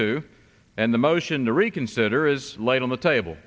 to and the motion to reconsider is laid on the table